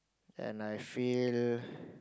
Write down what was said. and I feel